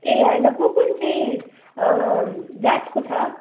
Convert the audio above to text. ए होइन कुन कुन चाहिँ जातको छ